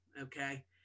Okay